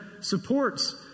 supports